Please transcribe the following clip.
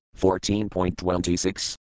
14.26